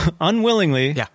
unwillingly